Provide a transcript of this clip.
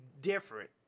different